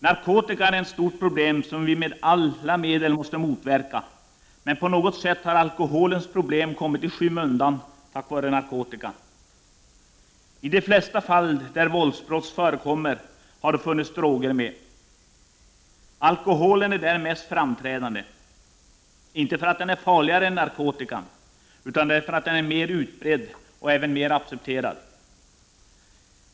Narkotikan är ett stort problem, som vi med alla medel måste motverka, men på något sätt har alkoholens problem kommit i skymundan på grund av narkotikan. I de flesta fall där våldsbrott förekommit har det funnits droger med. Alkoholen är där mest framträdande, inte för att den är farligare än narkotikan utan därför att den är mer utbredd och även mer accepterad.